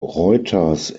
reuters